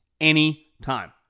anytime